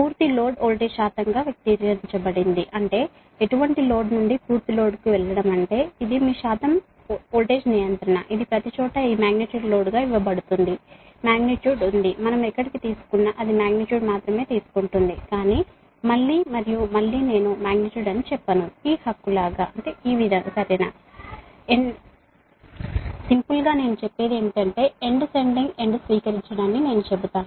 పూర్తి load voltage శాతంగా వ్యక్తీకరించబడింది అంటే ఎటువంటి లోడ్ నుండి పూర్తి లోడ్ కు వెళ్ళడం అంటే ఇది మీ వోల్టేజ్ రెగ్యులేషన్ శాతం ఇది ప్రతిచోటా ఈ మాగ్నిట్యూడ్ లోడ్గా ఇవ్వబడుతుంది మాగ్నిట్యూడ్ ఉంది మనం ఎక్కడ తీసుకున్నా అది మాగ్నిట్యూడ్ మాత్రమే తీసుకుంటుంది కానీ మళ్ళీ మళ్ళీ నేను మాగ్నిట్యూడ్ అని చెప్పను సింపుల్ గా నేను చెప్పేది ఏమిటంటే ఎండ్ సెండింగ్ ఎండ్ స్వీకరించడాన్ని నేను చెబుతాను